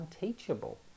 unteachable